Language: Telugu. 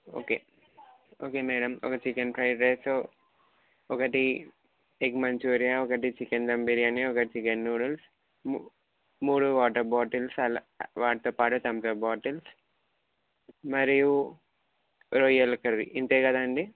ఓకే ఓకే మ్యాడమ్ ఒక చికెన్ ఫ్రైడ్ రైస్ ఒకటి ఎగ్ మంచూరియా ఒకటి చికెన్ దమ్ బిర్యానీ ఒక చికెన్ నూడిల్స్ ము మూడు వాటర్ బాటిల్స్ అలా వాటితో పాటు థమ్స్ అప్ బాటిల్స్ మరియు రొయ్యల కర్రీ ఇంతే కదండి